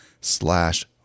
slash